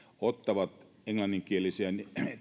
ottavat englanninkielisiä